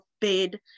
bed